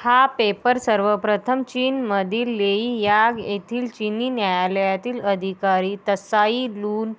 हा पेपर सर्वप्रथम चीनमधील लेई यांग येथील चिनी न्यायालयातील अधिकारी त्साई लुन